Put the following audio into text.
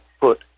put